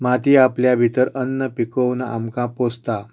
माती आपल्या भितर अन्न पिकोवन आमकां पोसता